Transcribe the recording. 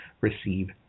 receive